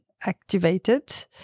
activated